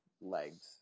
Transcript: legs